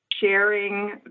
sharing